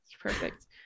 Perfect